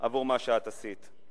עבור מה שאת עשית.